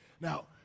Now